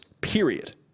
period